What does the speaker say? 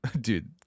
dude